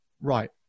right